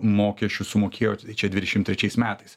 mokesčių sumokėjo tai čia dvidešim trečiais metais